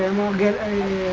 get a